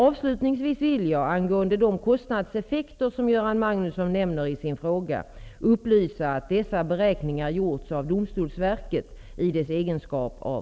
Avslutningsvis vill jag, angående de kostnadseffekter som Göran Magnusson nämner i sin fråga, upplysa att dessa beräkningar gjorts av